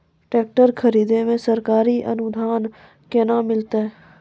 Tractor खरीदै मे सरकारी अनुदान केना मिलतै?